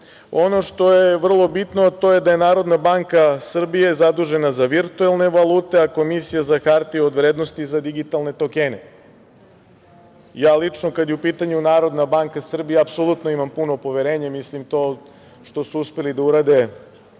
što je vrlo bitno, to je da je Narodna banka Srbije zadužena za virtuelne valute, a Komisija za hartije od vrednosti za digitalne tokene. Ja lično, kada je u pitanju Narodna banka Srbije, apsolutno imam puno poverenje, milim da to što su uspeli da urade